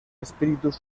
espíritus